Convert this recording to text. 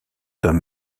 homme